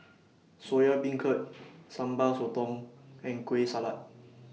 Soya Beancurd Sambal Sotong and Kueh Salat